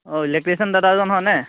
অঁ ইলেক্ট্ৰিচিয়ান দাদাজন হয়নে